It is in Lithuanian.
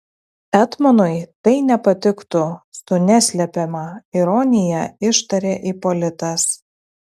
etmonui tai nepatiktų su neslepiama ironija ištarė ipolitas